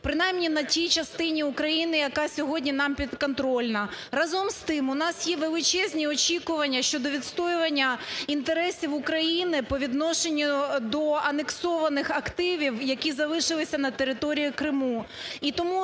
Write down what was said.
принаймні на тій частині Україні, яка сьогодні нам підконтрольна. Разом з тим, у нас є величезні очікування щодо відстоювання інтересів України по відношенню до анексованих активів, які залишились на території Криму.